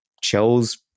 chose